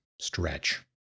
stretch